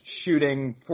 shooting